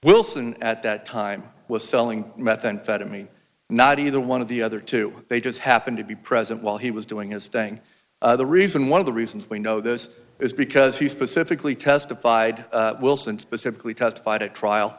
wilson at that time was selling methamphetamine not either one of the other two they just happened to be present while he was doing his thing the reason one of the reasons we know this is because he specifically testified wilson specifically testified at trial